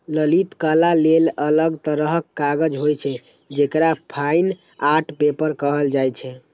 ललित कला लेल अलग तरहक कागज होइ छै, जेकरा फाइन आर्ट पेपर कहल जाइ छै